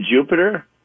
Jupiter